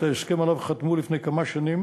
את ההסכם שעליו חתמו לפני כמה שנים